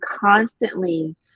constantly